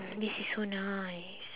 this is so nice